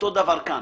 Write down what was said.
אותו דבר כאן.